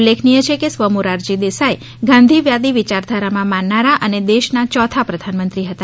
ઉલ્લેખનીય છે કે સ્વ મોરારજી દેસાઇ ગાંધી વાદી વિયારધારામાં માનનારા અને દેશના ચોથા પ્રધાનમંત્રી હતા